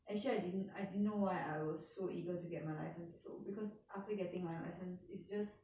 actually I didn't I didn't know why I was so eager to get my license also because after getting my license is just